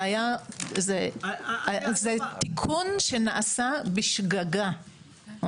זה תיקון שנעשה בשגגה,